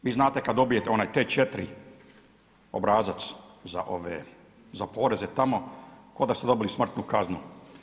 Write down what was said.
Vi znate kad dobijete onaj T4 obrazac za poreze tamo, kao da ste dobili smrtnu kaznu.